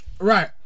Right